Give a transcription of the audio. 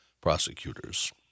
prosecutors